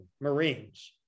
Marines